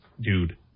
dude